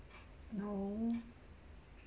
no